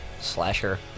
slasher